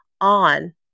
on